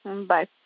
Bye